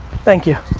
thank you.